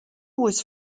was